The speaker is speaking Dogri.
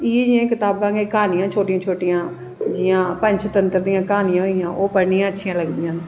इयै जेहियां कताबां गै क्हानियां शोटियां शोटियां जियां पंटतत्व दियां क्हानियां ओह् पढ़नियां अच्छियां लगदियां न